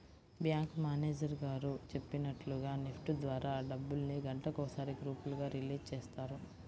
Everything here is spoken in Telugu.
బ్యాంకు మేనేజరు గారు చెప్పినట్లుగా నెఫ్ట్ ద్వారా డబ్బుల్ని గంటకొకసారి గ్రూపులుగా రిలీజ్ చేస్తారు